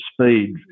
speed